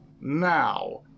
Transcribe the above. Now